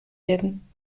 werden